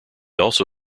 also